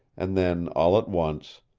and then, all at once,